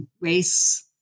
race